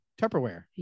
Tupperware